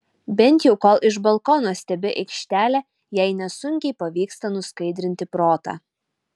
bent jau kol iš balkono stebi aikštelę jai nesunkiai pavyksta nuskaidrinti protą